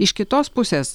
iš kitos pusės